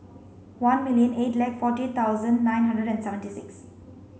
one million eight lakh forty eight thousand nine hundred and seventy six